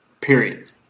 period